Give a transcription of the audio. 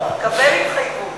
קבל התחייבות.